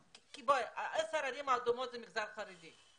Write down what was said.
עשר הערים האדומות הן מהמגזר החרדי,